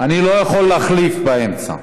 אני לא יכול להחליף באמצע.